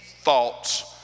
thoughts